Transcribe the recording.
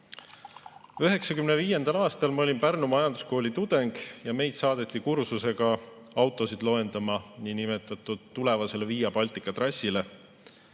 1995. aastal olin ma Pärnu majanduskooli tudeng ja meid saadeti kursusega autosid loendama niinimetatud tulevasele Via Baltica trassile.